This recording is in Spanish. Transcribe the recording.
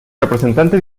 representante